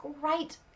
great